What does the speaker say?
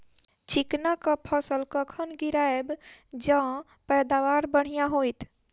चिकना कऽ फसल कखन गिरैब जँ पैदावार बढ़िया होइत?